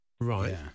Right